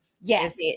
Yes